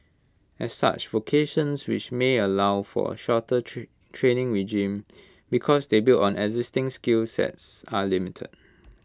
as such vocations which may allow for A shorter training regime because they build on existing skill sets are limited